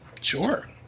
sure